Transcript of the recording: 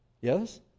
Yes